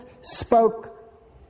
spoke